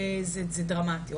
זה דרמטי.